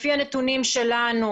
לפי הנתונים שלנו